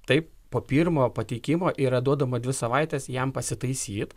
taip po pirmojo pateikimo yra duodama dvi savaites jam pasitaisyt